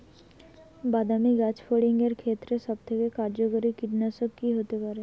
বাদামী গাছফড়িঙের ক্ষেত্রে সবথেকে কার্যকরী কীটনাশক কি হতে পারে?